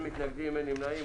אין מתנגדים, אין נמנעים.